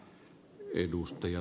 arvoisa puhemies